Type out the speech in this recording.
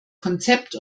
konzept